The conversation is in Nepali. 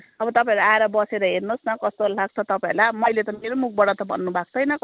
अब तपाईँहरू आएर बसेर हेर्नुहोस् न कस्तो लाग्छ तपाईँहरूलाई अब मैले त मेरै मुखबाट त भन्नु भएको छैन